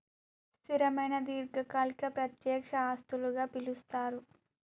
స్థిరమైన దీర్ఘకాలిక ప్రత్యక్ష ఆస్తులుగా పిలుస్తరు